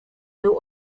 był